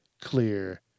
Clear